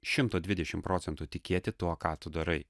šimto dvidešim procentų tikėti tuo ką tu darai